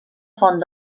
font